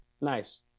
Nice